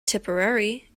tipperary